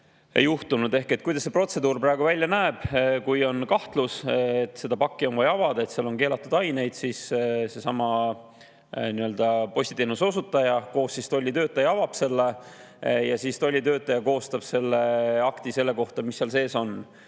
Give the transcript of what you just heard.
ole juhtunud. Ehk kuidas see protseduur praegu välja näeb? Kui on kahtlus, et pakki on vaja avada, sest seal on keelatud aineid, siis seesama postiteenuse osutaja koos tollitöötajaga avab selle ja tollitöötaja koostab akti selle kohta, mis seal sees on.